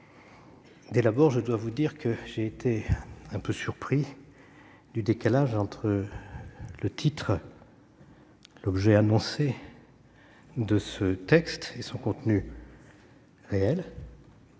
dès l'abord, je dois vous dire que j'ai été un peu surpris du décalage entre le titre, l'objet annoncé de ce texte et son contenu réel.